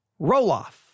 Roloff